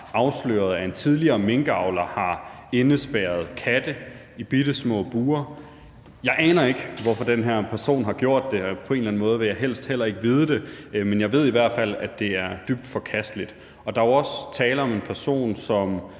afsløret, at en tidligere minkavler har indespærret katte i bittesmå bure. Jeg aner ikke, hvorfor den her person har gjort det, og på en eller anden måde vil jeg helst heller ikke vide det, men jeg ved i hvert fald, at det er dybt forkasteligt. Og der er jo også tale om en person, som